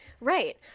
Right